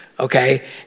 Okay